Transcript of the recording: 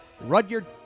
Rudyard